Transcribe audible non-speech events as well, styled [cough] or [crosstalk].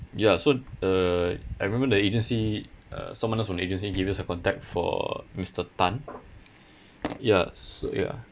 ya so uh I remember the agency uh someone else from the agency gave us the contact for mister tan [breath] ya so ya